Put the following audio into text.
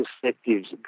perspectives